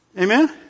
Amen